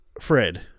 Fred